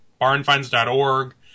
barnfinds.org